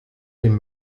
dem